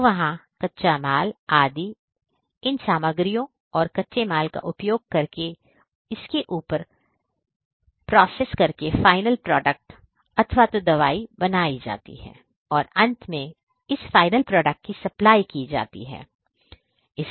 तो वहाँ कच्चा माल आदि इन सामग्रियों और कच्चे माल का उपयोग उपयोग करके और इसके ऊपर क्लासेस करके फाइनल प्रोडक्ट अथवा तो दवा बनाई जाती है और अंत में इस फाइनल प्रोडक्ट की सप्लाई की जाती है